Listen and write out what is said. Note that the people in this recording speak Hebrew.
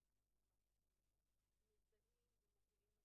האם זה ישביע את